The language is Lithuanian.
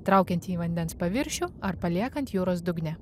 traukiant į vandens paviršių ar paliekant jūros dugne